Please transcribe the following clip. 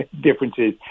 differences